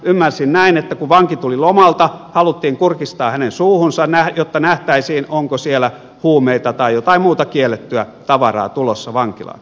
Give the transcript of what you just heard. ymmärsin näin että kun vanki tuli lomalta haluttiin kurkistaa hänen suuhunsa jotta nähtäisiin onko siellä huumeita tai jotain muuta kiellettyä tavaraa tulossa vankilaan